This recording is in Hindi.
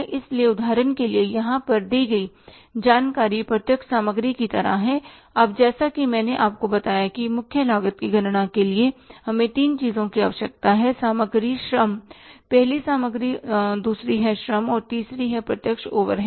इसलिए उदाहरण के लिए यहां पर दी गई जानकारी प्रत्यक्ष सामग्री की तरह है अब जैसा कि मैंने आपको बताया कि मुख्य लागत की गणना के लिए हमें तीन चीजों की आवश्यकता है सामग्री श्रम पहली सामग्री दूसरी है श्रम और तीसरी है प्रत्यक्ष ओवरहेड्स